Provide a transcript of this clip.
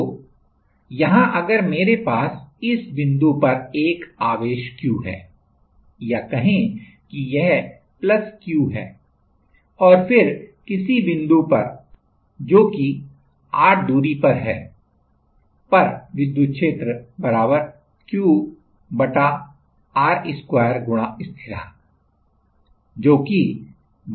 तो यहाँ अगर मेरे पास इस बिंदु पर एक आवेश Q है या कहें कि यह Q है और फिर किसी बिंदु जो कि r दूरी पर है पर विद्युत क्षेत्र Qr2 गुणा स्थिरांक जो कि 1 4 pi epsilon है